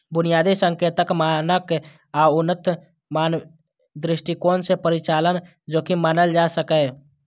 बुनियादी संकेतक, मानक आ उन्नत माप दृष्टिकोण सं परिचालन जोखिम नापल जा सकैए